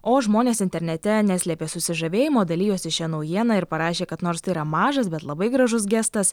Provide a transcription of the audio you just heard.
o žmonės internete neslėpė susižavėjimo dalijosi šia naujiena ir parašė kad nors tai yra mažas bet labai gražus gestas